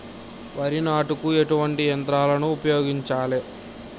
వరి నాటుకు ఎటువంటి యంత్రాలను ఉపయోగించాలే?